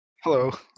hello